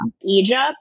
Egypt